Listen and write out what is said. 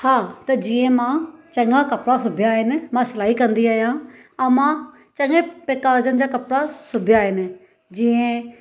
हा त जीअं मां चङा कपिड़ा सुबिया आहिनि मां सिलाई कंदी आहियां ऐं मां सॼे प्रकारनि जा कपिड़ा सुबिया आहिनि जीअं